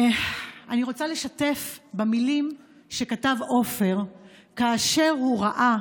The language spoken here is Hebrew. אני רוצה לשתף במילים שכתב עופר כאשר הוא ראה